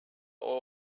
oil